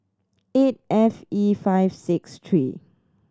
eight F E five six three